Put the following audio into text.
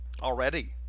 already